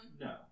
No